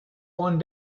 one